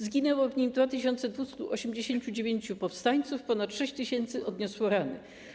Zginęło w nim 2289 powstańców, ponad 6 tys. odniosło rany.